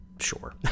sure